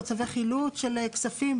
או צווי חילוט של כספים,